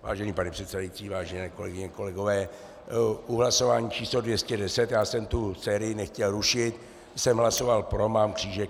Vážený pane předsedající, vážené kolegyně, kolegové, u hlasování číslo 210 já jsem tu sérii nechtěl rušit jsem hlasoval pro a mám křížek.